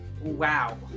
Wow